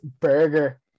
burger